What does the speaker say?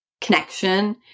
connection